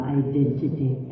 identity